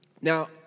Now